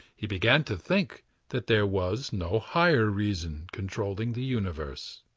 he began to think that there was no higher reason controlling the universe.